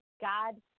God